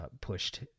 pushed